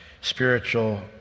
spiritual